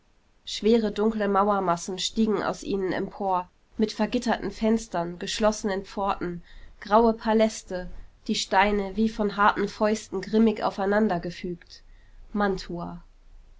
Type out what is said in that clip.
schwere dunkle mauermassen stiegen aus ihnen empor mit vergitterten fenstern geschlossenen pforten graue paläste die steine wie von harten fäusten grimmig aufeinandergefügt mantua